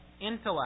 intellect